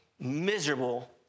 miserable